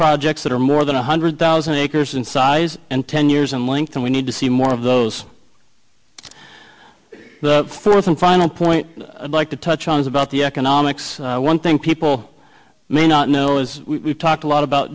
projects that are more than one hundred thousand acres in size and ten years in length and we need to see more of those first and final point i'd like to touch on is about the economics one thing people may not know as we've talked a lot about